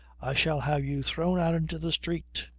shall have you thrown out into the street.